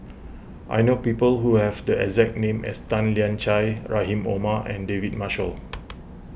I know people who have the exact name as Tan Lian Chye Rahim Omar and David Marshall